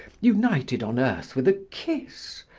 united on earth with a kiss,